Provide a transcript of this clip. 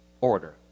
order